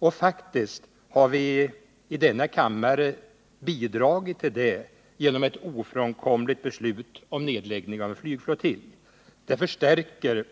Och faktiskt har vi i denna kammare bidragit till detta genom ett ofrånkomligt beslut om nedläggning av en flygflottilj. Det förstärker